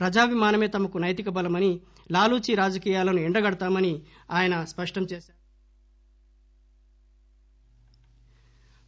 పజాభిమానమే తమకు నైతిక బలమని లాలూచీ రాజకీయాలను ఎండగడతామని స్పష్టం చేశారు